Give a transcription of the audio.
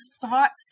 thoughts